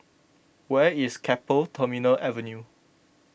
where is Keppel Terminal Avenue